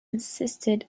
insisted